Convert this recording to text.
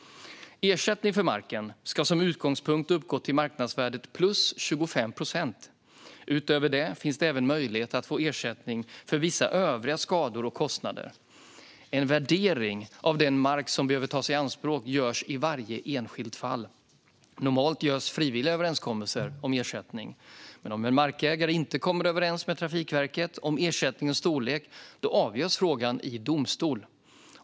Ersättningen för marken ska som utgångspunkt uppgå till marknadsvärdet plus 25 procent. Utöver det finns det möjlighet att få ersättning för vissa övriga skador och kostnader. En värdering av den mark som behöver tas i anspråk görs i varje enskilt fall. Normalt görs frivilliga överenskommelser om ersättning. Men om en markägare inte kommer överens med Trafikverket om ersättningens storlek avgörs frågan i domstol.